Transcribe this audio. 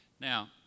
now